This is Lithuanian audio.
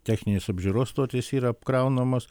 techninės apžiūros stotys yra apkraunamos